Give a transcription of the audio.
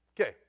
Okay